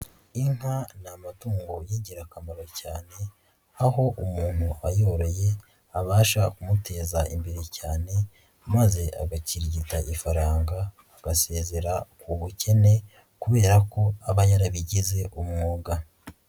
Inka ni amatungo y'ingirakamaro cyane, aho umuntu ayoroye abasha kumuteza imbere cyane, maze agakirigita ifaranga, agasezera ku bukene kubera ko aba yarabigize umwuga.